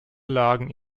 lagen